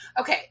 okay